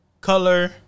Color